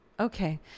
Okay